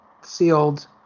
sealed